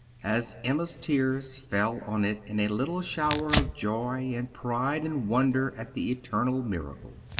as emma's tears fell on it in a little shower of joy and pride and wonder at the eternal miracle.